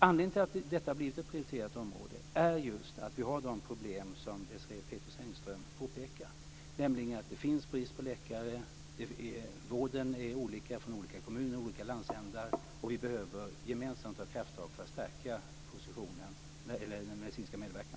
Anledningen till att detta har blivit ett prioriterat område är just att vi har de problem som Desirée Pethrus Engström påpekar, nämligen att det finns brist på läkare och att vården är olika i olika kommuner och olika landsändar, och vi behöver gemensamt ta krafttag för att stärka den medicinska medverkan.